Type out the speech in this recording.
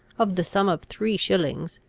of the sum of three shillings,